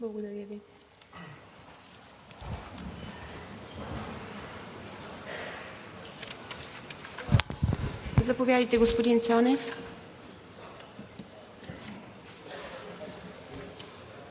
Благодаря Ви. Заповядайте, господин